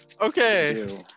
Okay